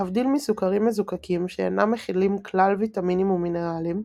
להבדיל מסוכרים מזוקקים שאינם מכילים כלל ויטמינים ומינרלים,